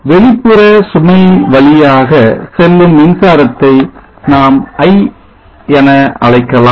வெளிப்புற சுமை வழியாக செல்லும் மின்சாரத்தை நாம் i என அழைக்கலாம்